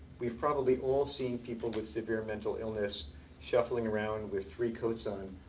we've probably all seen people with severe mental illness shuffling around with three coats on,